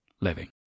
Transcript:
living